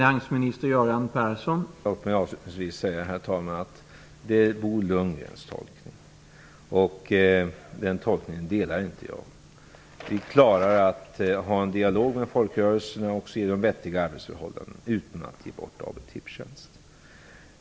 Herr talman! Låt mig avslutningsvis säga att detta är Bo Lundgrens tolkning, och den instämmer jag inte i. Vi klarar att ha en dialog med folkrörelserna och ge dem vettiga arbetsförhållanden utan att ge bort AB Tipstjänst.